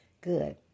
good